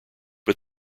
but